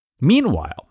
Meanwhile